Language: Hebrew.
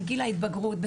גיל ההתבגרות,